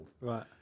Right